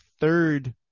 third